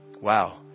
wow